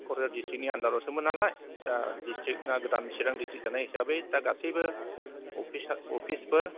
कक्राझार डिसट्रिकनि आनडारावसोमोन नालाय दा डिसट्रिक आ गोदान चिरां डिसट्रिक जानाय हिसाबै दा गासैबो अफिसफोर